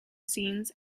scenes